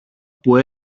που